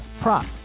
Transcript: prop